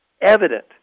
evident